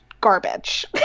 garbage